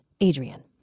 Adrian